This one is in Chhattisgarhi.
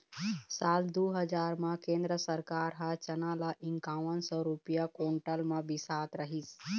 साल दू हजार म केंद्र सरकार ह चना ल इंकावन सौ रूपिया कोंटल म बिसात रहिस